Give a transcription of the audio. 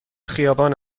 خیابان